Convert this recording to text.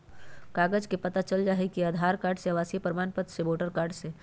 कागज से पता चल जाहई, आधार कार्ड से, आवासीय प्रमाण पत्र से, वोटर कार्ड से?